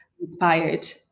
inspired